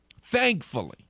thankfully